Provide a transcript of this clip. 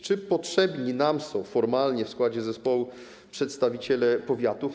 Czy potrzebni nam są formalnie w składzie zespołu przedstawiciele powiatów?